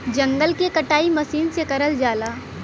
जंगल के कटाई मसीन से करल जाला